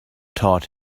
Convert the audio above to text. taught